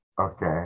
Okay